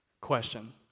Question